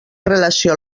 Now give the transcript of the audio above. relació